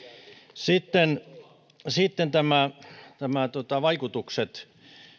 sitten sitten nämä vaikutukset